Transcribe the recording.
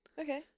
Okay